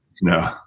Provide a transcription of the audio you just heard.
No